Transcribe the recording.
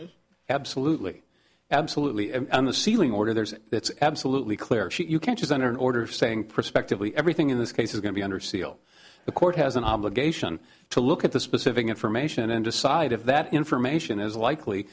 is absolutely absolutely and the ceiling order there's it's absolutely clear she you can't design an order saying prospectively everything in this case is going to be under seal the court has an obligation to look at the specific information and decide if that information is likely